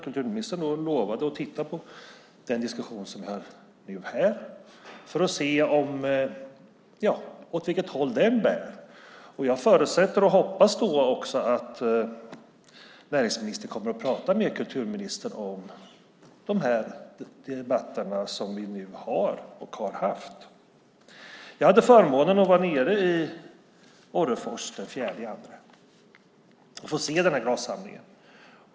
Kulturministern lovade då att ta del av den diskussion som vi nu har här för att se åt vilket håll den går. Jag förutsätter och hoppas att näringsministern kommer att prata med kulturministern om de debatter som vi nu har och har haft. Jag hade förmånen att besöka Orrefors den 4 februari och se denna glassamling.